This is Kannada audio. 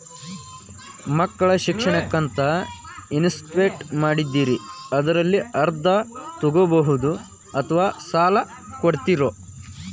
ಮಕ್ಕಳ ಶಿಕ್ಷಣಕ್ಕಂತ ಇನ್ವೆಸ್ಟ್ ಮಾಡಿದ್ದಿರಿ ಅದರಲ್ಲಿ ಅರ್ಧ ತೊಗೋಬಹುದೊ ಅಥವಾ ಸಾಲ ಕೊಡ್ತೇರೊ?